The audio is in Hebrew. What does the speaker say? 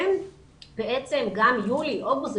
בעצם גם יולי ואוגוסט,